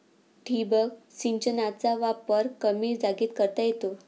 ठिबक सिंचनाचा वापर कमी जागेत करता येतो